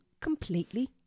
completely